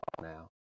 now